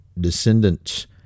descendants